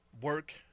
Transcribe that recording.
work